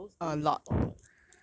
but girls don't usually bald [what]